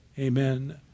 Amen